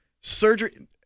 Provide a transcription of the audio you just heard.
surgery –